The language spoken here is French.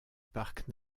parc